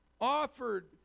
offered